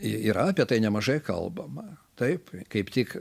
yra apie tai nemažai kalbama taip kaip tik